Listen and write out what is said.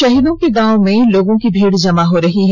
शहीदों के गांव में लोगों की भीड़ जमा हो रही है